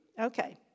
Okay